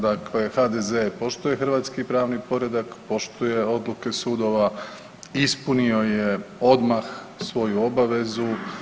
Dakle HDZ poštuje hrvatski pravni poredak, poštuje odluke sudova, ispunio je odmah svoju obavezu.